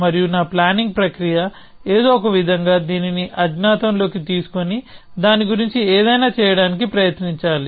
మరియు నా ప్లానింగ్ ప్రక్రియ ఏదో ఒక విధంగా దీనిని అజ్ఞాతంలోకి తీసుకొని దాని గురించి ఏదైనా చేయడానికి ప్రయత్నించాలి